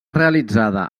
realitzada